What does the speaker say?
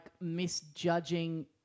misjudging